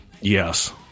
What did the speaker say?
Yes